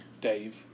Dave